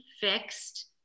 fixed